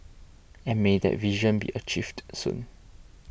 and may that vision be achieved soon